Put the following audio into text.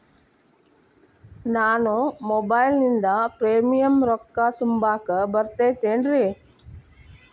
ನಾನು ಮೊಬೈಲಿನಿಂದ್ ಪ್ರೇಮಿಯಂ ರೊಕ್ಕಾ ತುಂಬಾಕ್ ಬರತೈತೇನ್ರೇ?